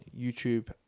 YouTube